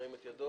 מי נגד?